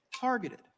targeted